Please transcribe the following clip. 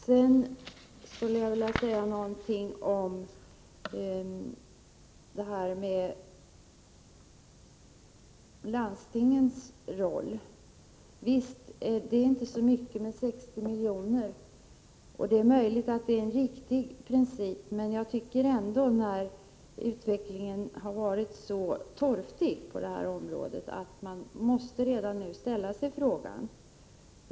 Jag skulle också vilja säga några ord om landstingens roll. Visst kan man tycka att 60 miljoner inte är särskilt mycket. Det är möjligt att det är en riktig princip. Jag tycker att utvecklingen på det här området ändå har varit så bristfällig att man redan nu måste väcka denna fråga.